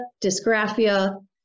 dysgraphia